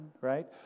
right